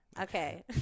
Okay